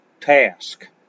task